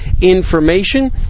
information